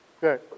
Good